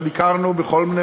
כלכלי.